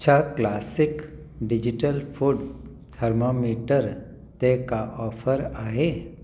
छा classic digital food thermometer ते का ऑफ़र आहे